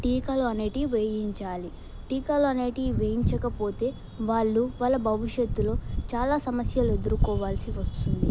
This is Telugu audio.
టీకాలు అనేవి వేయించాలి టీకాలు అనేవి వేయించకపోతే వాళ్ళు వాళ్ళ భవిష్యత్తులో చాలా సమస్యలు ఎదుర్కోవాల్సి వస్తుంది